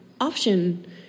option